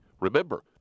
Remember